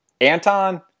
Anton